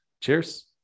Cheers